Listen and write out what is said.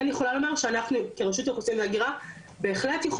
באמת יכולים לבדוק האם אפשר ליצור איזה שהוא הסדר